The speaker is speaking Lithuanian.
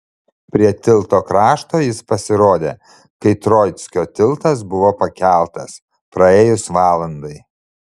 prie tilto krašto jis pasirodė kai troickio tiltas buvo pakeltas praėjus valandai